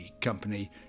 company